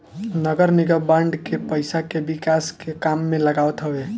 नगरनिगम बांड के पईसा के विकास के काम में लगावत हवे